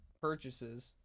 purchases